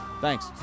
thanks